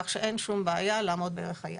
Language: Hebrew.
כך שאין שום בעיה לעמוד בערך היעד.